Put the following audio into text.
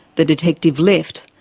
the detective left,